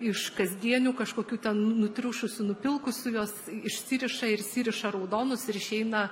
iš kasdienių kažkokių ten nutriušusių nupilkusių juos išsiriša ir įsiriša raudonus ir išeina